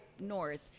north